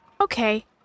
Okay